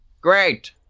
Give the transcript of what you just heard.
Great